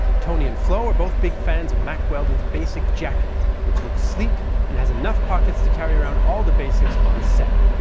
toni and flo are both big fans of mack wheldon's basic jacket which looks sleek and has enough pockets to carry around the basics on set.